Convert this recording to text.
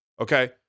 okay